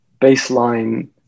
baseline